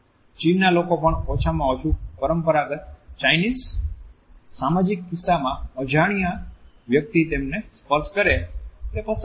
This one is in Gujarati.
ચીનના લોકો પણ ઓછામાં ઓછા પરંપરાગત ચાઇનીઝ સામાજિક કિસ્સામાં અજાણ્યા વ્યક્તિ તેમેને સ્પર્શ કરે તે પસંદ નથી